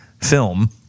film